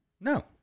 no